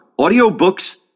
Audiobooks